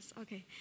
okay